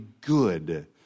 good